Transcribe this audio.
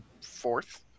fourth